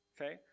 okay